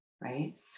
right